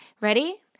Ready